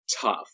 tough